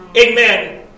amen